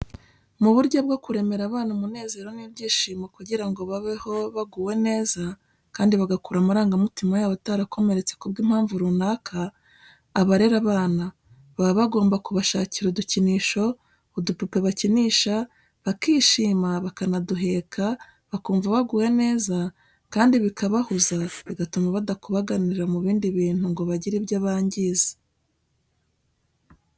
Mu buryo bwo kuremera abana umunezero n'ibyishimo kugira ngo babeho baguwe neza kandi bagakura amarangamutima yabo atarakomeretse ku bw'impamvu runaka, abarera abana baba bagomba kubashakira udukinisho, udupupe bakinisha bakishima bakanaduheka bakumva baguwe neza kandi bikabahuza bigatuma badakubaganira mu bindi bintu ngo bagire ibyo bangiza.